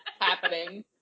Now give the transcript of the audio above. happening